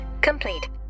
complete